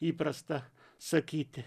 įprasta sakyti